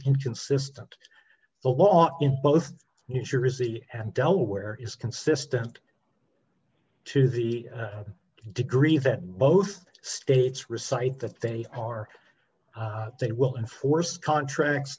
inconsistent the law in both new jersey and delaware is consistent to the degree that both states recite that they are they will enforce contracts